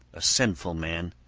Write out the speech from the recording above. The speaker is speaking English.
a sinful man,